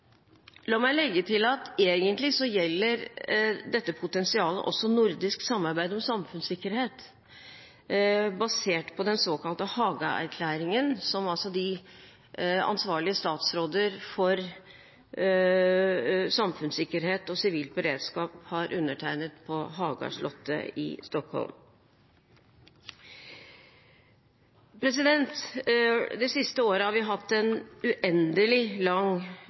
La meg legge til at egentlig gjelder dette potensialet også nordisk samarbeid om samfunnssikkerhet, basert på den såkalte Haga-erklæringen, som altså de ansvarlige statsråder for samfunnssikkerhet og sivil beredskap har undertegnet på Haga slott i Stockholm. Det siste året har vi hatt en uendelig lang